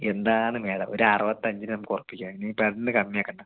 എന്താണ് മേഡം ഒരു അറുപത്തഞ്ചിന് നമുക്കുറപ്പിക്കാം ഇനിയിപ്പം അതിൽ നിന്നും കമ്മിയാക്കണ്ട